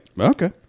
okay